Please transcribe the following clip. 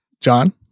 John